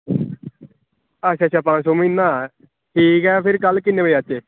अच्छा अच्छा पंज सौ म्हीना ठीक ऐ फिर कल किन्ने बजे आचै